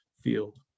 field